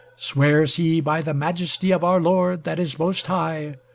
swears he by the majesty of our lord that is most high,